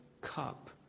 cup